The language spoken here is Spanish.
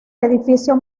edificio